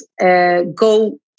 go